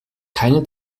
keine